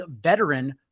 veteran